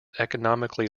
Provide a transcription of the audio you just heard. economically